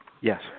Yes